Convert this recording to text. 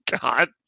god